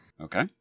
Okay